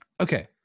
okay